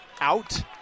out